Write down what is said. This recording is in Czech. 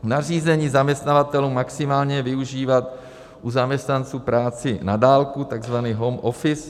nařízení zaměstnavatelům maximálně využívat u zaměstnanců práci na dálku, tzv. home office,